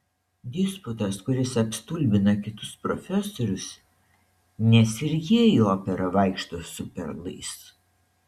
disputas kuris apstulbina kitus profesorius nes ir jie į operą vaikšto su perlais